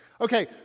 Okay